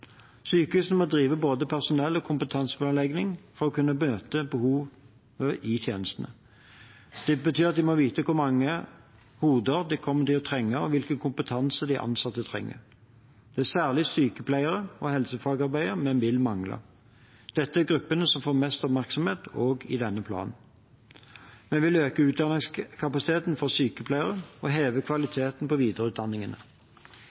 Sykehusene må drive både personell- og kompetanseplanlegging for å kunne møte behovet i tjenestene. Det betyr at de må vite hvor mange hoder de kommer til å trenge, og hvilken kompetanse de ansatte trenger. Det er særlig sykepleiere og helsefagarbeidere vi vil mangle. Dette er gruppene som får mest oppmerksomhet i denne planen. Vi vil øke utdanningskapasiteten for sykepleiere og